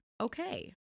okay